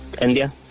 India